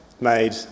made